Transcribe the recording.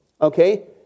okay